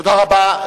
תודה רבה.